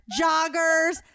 joggers